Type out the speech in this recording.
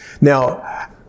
Now